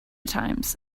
times